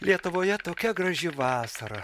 lietuvoje tokia graži vasara